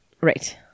Right